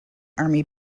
army